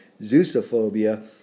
Zeusophobia